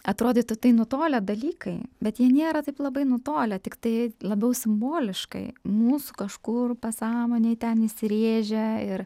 atrodytų tai nutolę dalykai bet jie nėra taip labai nutolę tiktai labiau simboliškai mūsų kažkur pasąmonėj ten įsirėžę ir